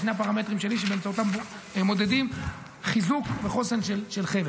אלה שני הפרמטרים שלי שבאמצעותם מודדים חיזוק וחוסן של חבל.